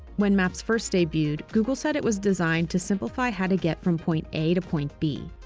when maps first debuted, google said it was designed to simplify how to get from point a to point b.